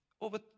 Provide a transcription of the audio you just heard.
over